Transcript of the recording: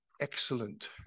excellent